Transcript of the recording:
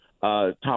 top